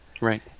right